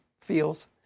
feels